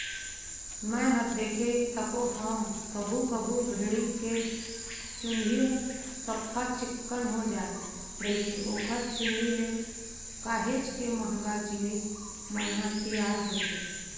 मैंहर देखें तको हंव कभू कभू भेड़ी के चंूदी ह सफ्फा चिक्कन हो जाय रहिथे ओखर चुंदी ले काहेच के महंगा जिनिस मन ह तियार होथे